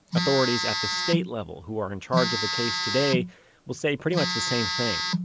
authorities at the state-level who are in charge of the case today will say pretty much the same thing.